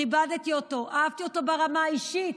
כיבדתי אותו, אהבתי אותו ברמה האישית.